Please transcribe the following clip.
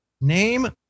name